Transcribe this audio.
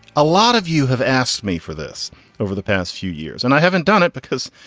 a lot of you have asked me for this over the past few years, and i haven't done it because,